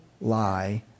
lie